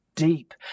Deep